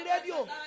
radio